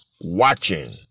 watching